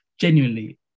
genuinely